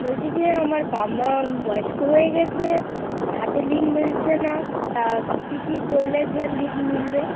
বলছি যে আমার বাপ মা বয়স্ক হয়ে গেছে হাতের লিং মিলছে না তা কী কী করলে ঝ্যা লিক মিলবে